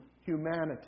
humanity